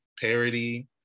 parody